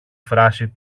φράση